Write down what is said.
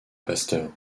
pasteur